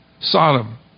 Sodom